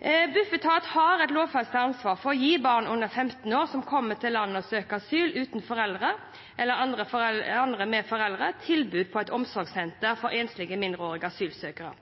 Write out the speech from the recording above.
har et lovfestet ansvar for å gi barn under 15 år som kommer til landet og søker asyl uten foreldre, eller andre med foreldre, tilbud på et omsorgssenter for enslige mindreårige asylsøkere.